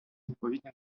відповідні